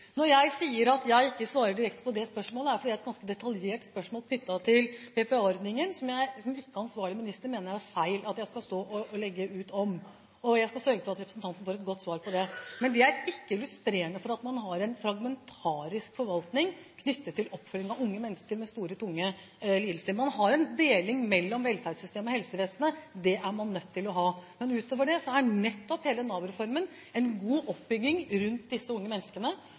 Når jeg sier at jeg ikke svarer direkte på det spørsmålet, er det fordi det er et ganske detaljert spørsmål knyttet til BPA-ordningen, som jeg som ikke ansvarlig minister mener det er feil at jeg skal stå og legge ut om. Jeg skal sørge for at representanten får et godt svar på det. Men det er ikke illustrerende for at man har en fragmentarisk forvaltning knyttet til oppfølging av unge mennesker med store, tunge lidelser. Man har en deling mellom velferdssystemet og helsevesenet – det er man nødt til å ha. Men utover det er nettopp hele Nav-reformen en god oppbygging rundt disse unge menneskene,